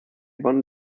won